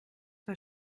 vor